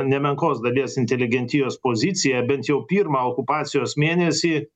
nemenkos dalies inteligentijos poziciją bent jau pirmą okupacijos mėnesį